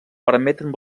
permeten